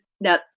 now